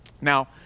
Now